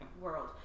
world